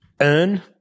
earn